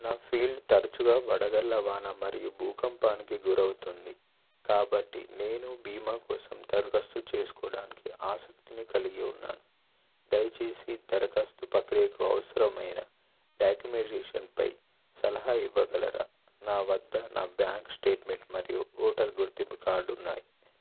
నా ఫీల్డ్ తరచుగా వడగండ్ల వాన మరియు భూకంపానికి గురవుతుంది కాబట్టి నేను బీమా కోసం దరఖాస్తు చేసుకోవడానికి ఆసక్తిని కలిగి ఉన్నాను దయచేసి దరఖాస్తు ప్రక్రియకు అవసరమైన డాక్యుమెంటేషన్పై సలహా ఇవ్వగలరా నా వద్ద నా బ్యాంక్ స్టేట్మెంట్ మరియు ఓటరు గుర్తింపు కార్డు ఉన్నాయి